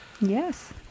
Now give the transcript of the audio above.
Yes